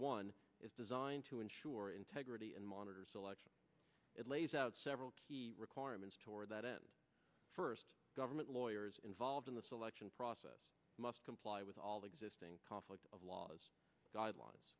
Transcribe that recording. one is designed to ensure integrity and monitors election it lays out several key requirements toward that end first government lawyers involved in the selection process must comply with all the existing conflicts of laws guidelines